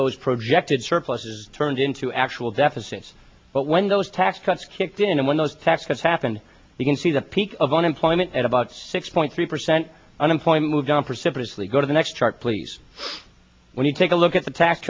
those projected surpluses turned into actual deficits but when those tax cuts kicked in and when those tax cuts happen you can see the peak of unemployment at about six point three percent unemployment move down precipitously go to the next chart please when you take a look at the tax